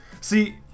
See